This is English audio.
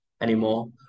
anymore